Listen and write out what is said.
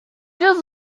just